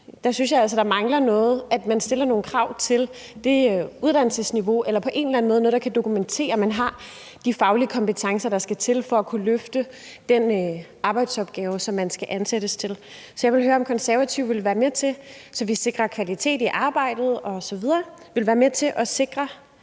Jeg synes altså, at der mangler noget, nemlig at der stilles nogle krav til uddannelsesniveauet, eller at man sørger for at have noget, der dokumenterer, at man har de faglige kompetencer, der skal til, for at kunne løfte de arbejdsopgaver, som man skal ansættes til. Så jeg vil høre, om De Konservative, så vi sikrer kvalitet i arbejdet osv., vil være med til at sikre,